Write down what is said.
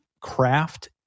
craft